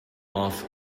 off